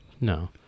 No